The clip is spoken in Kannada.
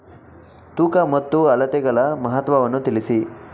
ತೂಕ ಮತ್ತು ಅಳತೆಗಳ ಮಹತ್ವವನ್ನು ತಿಳಿಸಿ?